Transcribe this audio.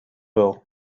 wel